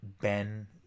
Ben